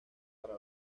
para